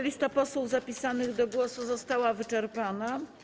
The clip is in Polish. Lista posłów zapisanych do głosu została wyczerpana.